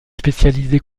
spécialisées